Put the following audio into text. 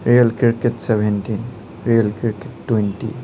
real cricket seventeen real cricket twenty